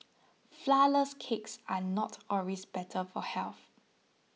Flourless Cakes are not always better for health